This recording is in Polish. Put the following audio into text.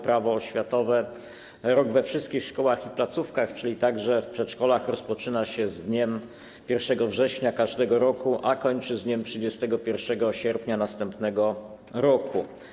Prawo oświatowe rok we wszystkich szkołach i placówkach, czyli także w przedszkolach, rozpoczyna się z dniem 1 września każdego roku, a kończy z dniem 31 sierpnia następnego roku.